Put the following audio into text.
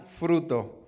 fruto